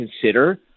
consider